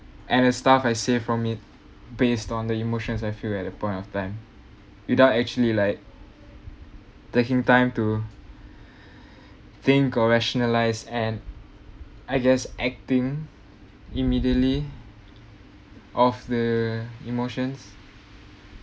and the stuff I save from it based on the emotions I feel at the point of time without actually like taking time to think or rationalise and I guess acting immediately of the emotions